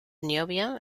niobium